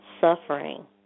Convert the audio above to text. suffering